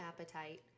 appetite